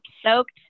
soaked